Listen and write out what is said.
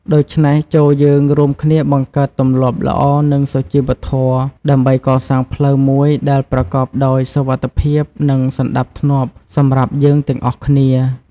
ដូច្នេះ ចូរយើងរួមគ្នាបង្កើតទម្លាប់ល្អនិងសុជីវធម៌ ដើម្បីកសាងផ្លូវមួយដែលប្រកបដោយសុវត្ថិភាពនិងសណ្តាប់ធ្នាប់សម្រាប់យើងទាំងអស់គ្នា។